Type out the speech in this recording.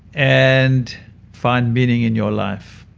and find meaning in your life.